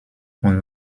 und